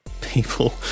people